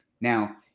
Now